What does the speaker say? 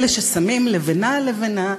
אלה ששמים לבנה על לבנה,